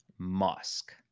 musk